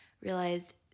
realized